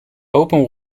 open